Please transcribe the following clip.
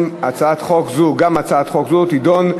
ההצעה להעביר את הצעת חוק הפרשנות (תיקון,